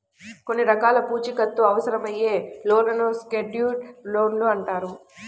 కొన్ని రకాల పూచీకత్తు అవసరమయ్యే లోన్లను సెక్యూర్డ్ లోన్లు అంటారు